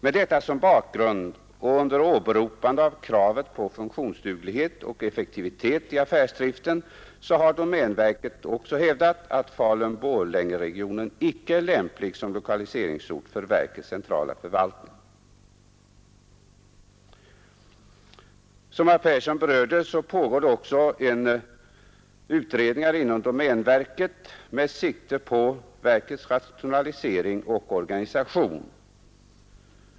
Med detta som bakgrund och under åberopande av kravet på funktionsduglighet och effektivitet i affärsdriften har domänverket hävdat att Falun-Borlängeregionen inte är lämplig som lokaliseringsort för verkets centrala förvaltning. Som herr Persson berörde pågår också utredningar inom domänverket med sikte på verkets rationalisering och organisation.